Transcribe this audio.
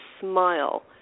smile